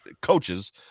coaches –